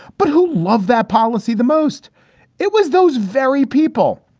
but who love that policy the most it was those very people.